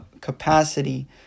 capacity